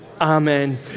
Amen